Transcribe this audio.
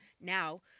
now